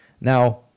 Now